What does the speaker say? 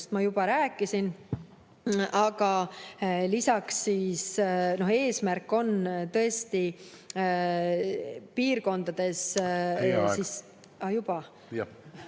ma juba rääkisin. Aga lisaks on eesmärk tõesti piirkondades ...